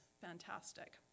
fantastic